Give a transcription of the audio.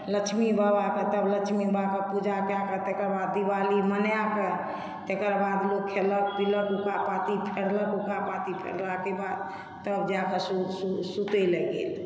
लक्ष्मी बाबाके तब लक्ष्मी बाबाके पूजा कए कऽ तकरबाद दिवाली मनाए कऽ तकरबाद लोक खेलक पीलक उखा पाति फेरलक उखा पाति फेरलाके बाद तब जा कऽ सुतय लेल गेल